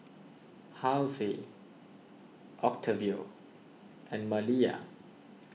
Halsey Octavio and Malia